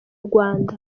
rwanda